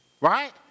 Right